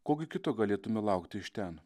ko gi kito galėtume laukti iš ten